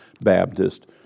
Baptist